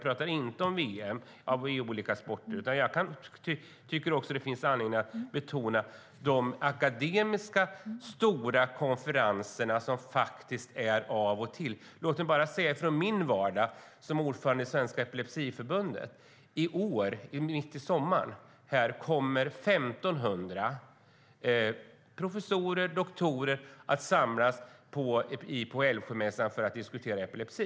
Det finns anledning att betona de akademiska stora konferenserna som faktiskt äger rum. Från min vardag som ordförande i Svenska Epilepsiförbundet kan jag nämna att i år, mitt i sommaren, kommer 1 500 professorer och doktorer att samlas på Älvsjömässan för att diskutera epilepsi.